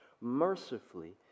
mercifully